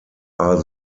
are